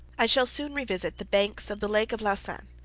i shall soon revisit the banks of the lake of lausanne,